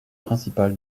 principal